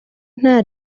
nta